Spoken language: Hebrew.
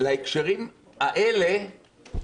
להקשרים האלה,